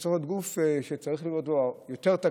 הוא צריך להיות גוף עם יותר תקציבים,